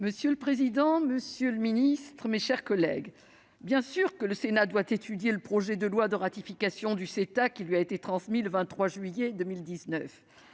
Monsieur le président, monsieur le ministre, mes chers collègues, bien sûr, le Sénat doit étudier le projet de loi autorisant la ratification du CETA, qui lui a été transmis le 23 juillet 2019.